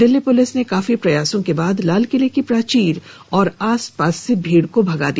Delhi police ने काफी प्रयासों के बाद लालकिले की प्राचीर और आसपास से भीड़ को भगा दिया